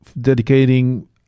dedicating